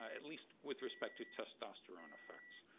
at least with respect to testosterone effects.